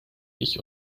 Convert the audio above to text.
ich